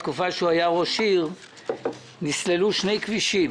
בתקופה שהוא היה ראש עיר נסללו שני כבישים